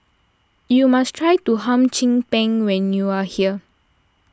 you must try Hum Chim Peng when you are here